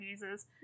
users